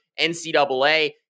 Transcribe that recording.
NCAA